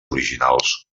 originals